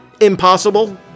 Impossible